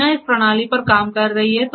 दीना इस प्रणाली पर काम कर रही है